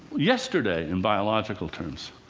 yesterday, in biological terms.